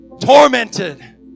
tormented